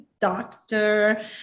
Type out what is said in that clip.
doctor